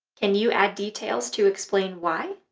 can you add details to explain why?